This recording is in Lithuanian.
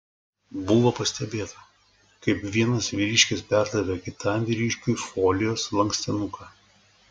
buvo pastebėta kaip vienas vyriškis perdavė kitam vyriškiui folijos lankstinuką